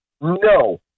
no